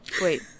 Wait